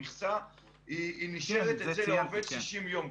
המכסה נשארת אצל העובד 60 יום.